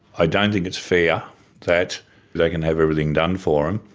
i don't think it's fair that they can have everything done for them,